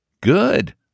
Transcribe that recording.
Good